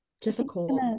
difficult